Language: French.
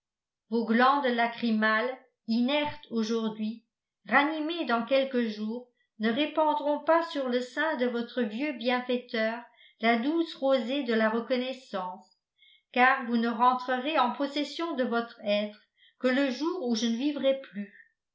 vos glandes lacrymales inertes aujourd'hui ranimées dans quelques jours ne répandront pas sur le sein de votre vieux bienfaiteur la douce rosée de la reconnaissance car vous ne rentrerez en possession de votre être que le jour où je ne vivrai plus